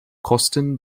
kosten